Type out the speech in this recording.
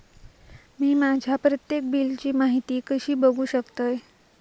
मी माझ्या प्रत्येक बिलची माहिती कशी बघू शकतय?